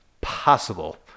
possible